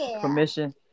permission